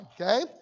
okay